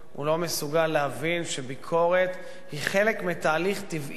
הוא לא מסוגל להבין שביקורת היא חלק מתהליך טבעי,